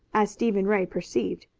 as stephen ray perceived,